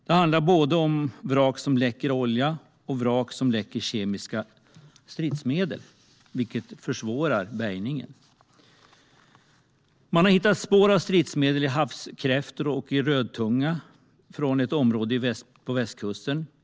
Det handlar både om vrak som läcker olja och om vrak som läcker kemiska stridsmedel, vilket försvårar bärgningen. Man har hittat spår av stridsmedel i havskräfta och i rödtunga från ett område på Västkusten.